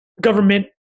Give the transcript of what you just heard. government